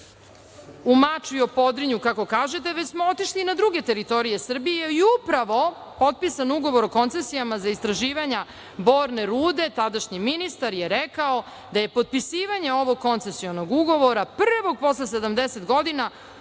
u Mačvi, u Podrinju, kako kažete, već smo otišli na druge teritorije Srbije i upravo potpisan ugovor o koncesijama za istraživanja borne rude, tadašnji ministar je rekao da je potpisivanje ovog koncesionog ugovora prvog posle 70 godina,